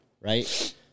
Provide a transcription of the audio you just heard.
right